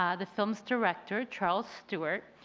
um the film's director charles stewart,